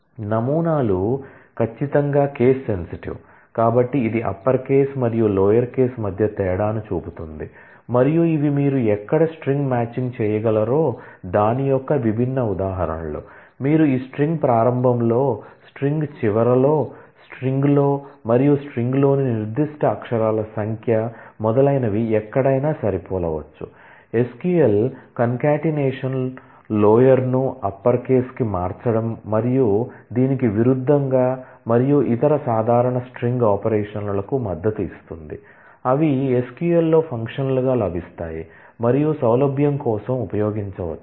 నమూనాలు ఖచ్చితంగా case sensitive లోయర్ను అప్పర్ కేస్కు మార్చడం మరియు దీనికి విరుద్ధంగా మరియు ఇతర సాధారణ స్ట్రింగ్ ఆపరేషన్లకు మద్దతు ఇస్తుంది అవి SQL లో ఫంక్షన్లుగా లభిస్తాయి మరియు సౌలభ్యం కోసం ఉపయోగించవచ్చు